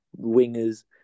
wingers